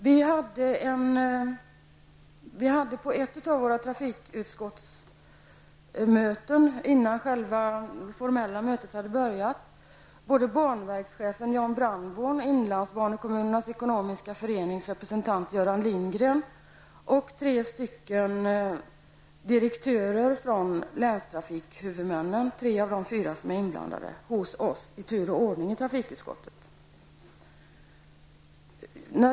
Vid ett av våra sammanträden med trafikutskottet, innan själva mötet hade börjat, kom i tur och ordning banverkschefen Jan Brandborn, Inlandskommunerna Ekonomiska Förenings representant Göran Lindgren och tre av de fyra direktörerna från länstrafikhuvudmännen som är inblandade i ärendet på besök.